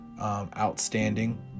outstanding